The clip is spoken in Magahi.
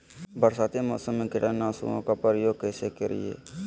बरसाती मौसम में कीटाणु नाशक ओं का प्रयोग कैसे करिये?